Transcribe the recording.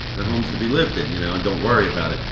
the home's to be lived in. you know and don't worry about it.